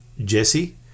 jesse